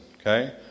Okay